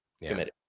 committed